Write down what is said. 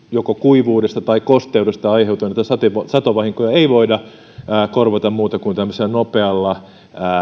joko kuivuudesta tai kosteudesta aiheutuneita satovahinkoja ei voida nopeasti korvata muuta kuin tämmöisellä nopealla